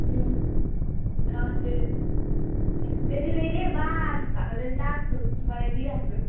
अँ ते अँ त्यति ल्याइदे है बास भएको जति टाकटुक बनाइदिई राख्छु